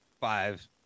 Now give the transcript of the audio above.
five